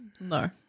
No